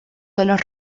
tonos